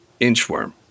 Inchworm